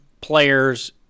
players